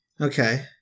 Okay